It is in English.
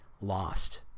lost